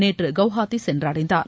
நேற்று குவஹாத்தி சென்றடைந்தார்